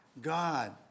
God